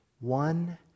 One